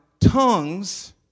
tongues